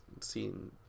seen